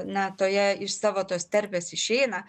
na toje iš savo tos terpės išeina